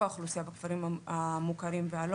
רוב האוכלוסייה בכפרים המוכרים והלא